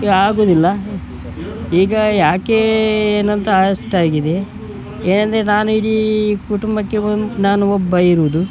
ಆಗುವುದಿಲ್ಲ ಈಗ ಯಾಕೆ ಏನಂತ ಅಷ್ಟಾಗಿದೆ ಏನೆಂದರೆ ನಾನು ಇಡೀ ಕುಟುಂಬಕ್ಕೆ ಒನ್ ನಾನು ಒಬ್ಬ ಇರುವುದು